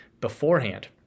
beforehand